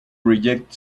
reject